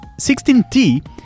16t